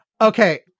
Okay